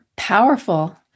powerful